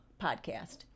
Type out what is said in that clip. podcast